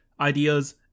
ideas